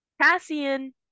Cassian